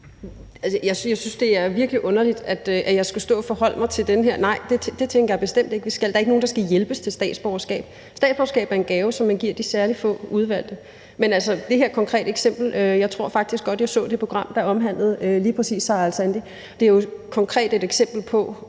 Jeg synes, det er virkelig underligt, at jeg skal stå og forholde mig til det her. Nej, det tænker jeg bestemt ikke vi skal. Der er ikke nogen, der skal hjælpes til statsborgerskab. Statsborgerskab er en gave, som man giver de særlige få udvalgte. Men, altså, med hensyn til det her konkrete eksempel tror jeg faktisk godt, jeg så det program, der omhandlede lige præcis Sarah Alsandi. Det er jo et konkret eksempel på,